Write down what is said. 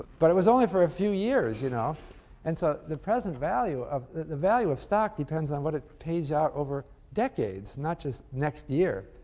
but it was only for a few years. you know and so the present value of the value of stock depends on what it pays out over decades not just next year.